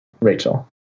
Rachel